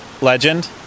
Legend